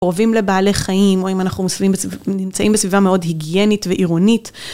קרובים לבעלי חיים, או אם אנחנו נמצאים בסביבה מאוד היגיינית ועירונית.